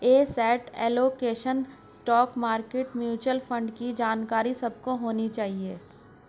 asset allocation, stock market, mutual fund की जानकारी सबको होनी चाहिए